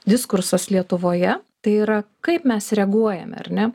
diskursas lietuvoje tai yra kaip mes reaguojame ar ne